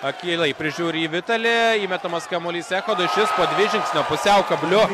akylai prižiūri į vitalį įmetamas kamuolys echodui šis po dvi žingsnio pusiau kabliu